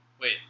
Wait